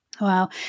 Wow